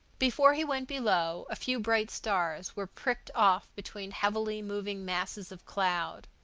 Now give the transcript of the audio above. before he went below a few bright stars were pricked off between heavily moving masses of cloud.